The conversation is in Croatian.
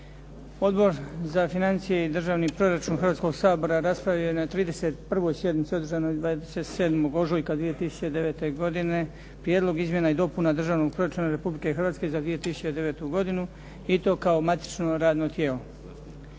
Odbor za financije i državni proračun Hrvatskoga sabora raspravio je na 31. sjednici održanoj 27. ožujka 2009. godine Prijedlog izmjena i dopuna Državnog proračuna Republike Hrvatske za 2009. godinu i to kao matično radno tijelo.